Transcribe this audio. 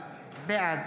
בעד